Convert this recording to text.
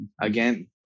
again